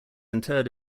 interred